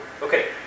Okay